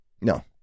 no